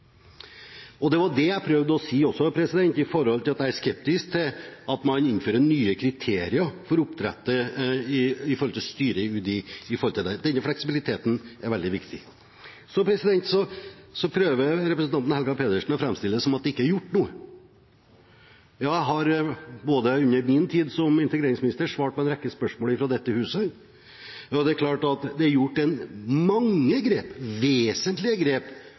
driftsoperatører. Det var det jeg også prøvde å si, med tanke på at jeg er skeptisk til at man innfører nye kriterier for styret i UDI med hensyn til dette. Denne fleksibiliteten er veldig viktig. Så prøver representanten Helga Pedersen å framstille det som om det ikke er gjort noe. Jeg har under min tid som integreringsminister svart på en rekke spørsmål fra dette huset, og det er klart at det er gjort mange grep, vesentlige grep,